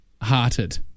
hearted